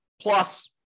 plus